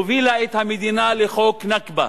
הובילה את המדינה לחוק נכבה.